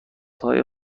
های